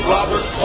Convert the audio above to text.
Robert